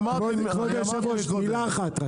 כבוד היושב ראש, מילה אחת.